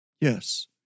Yes